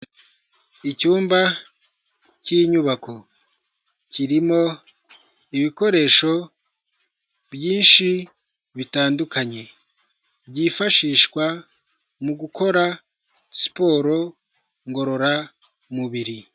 Icyumba cy'inyubako kirimo ibikoresho byinshi bitandukanye, byifashishwa mu gukora siporo ngororamubiri.